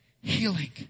healing